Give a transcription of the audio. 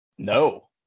No